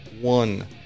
one